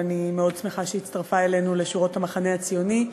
אבל אני מאוד שמחה שהיא הצטרפה אלינו לשורות המחנה הציוני.